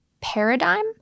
paradigm